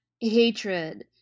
hatred